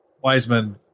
wiseman